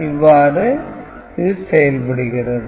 இவ்வாறு இது செயல்படுகிறது